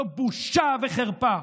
זו בושה וחרפה.